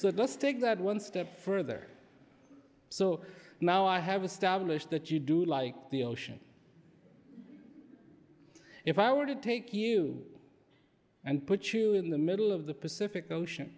so let's take that one step further so now i have established that you do like the ocean if i were to take you and put you in the middle of the pacific ocean